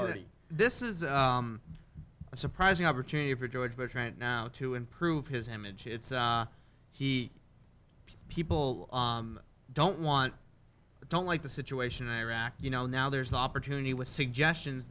already this is a surprising opportunity for george bush right now to improve his image he people don't want or don't like the situation in iraq you know now there's an opportunity with suggestions